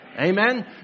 Amen